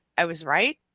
i was right,